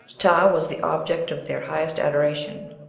ptah was the object of their highest adoration.